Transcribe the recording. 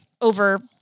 over